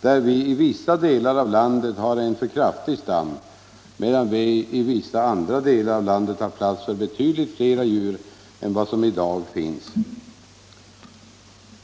där vi i vissa delar av landet har en för kraftig stam, medan vi i vissa andra delar av landet har plats tör betydligt flera djur än vad som i dag finns.